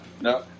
no